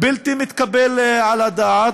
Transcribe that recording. בלתי מתקבל על הדעת,